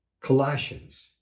Colossians